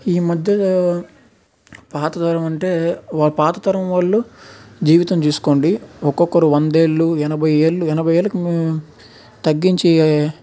ఈ మధ్య పాత తరం అంటే పాత తరం వాళ్ళు జీవితం చూసుకోండి ఒక్కోక్కరు వంద ఏళ్లు ఎనభై ఏళ్ళు ఎనభై ఏళ్ళకు తగ్గించి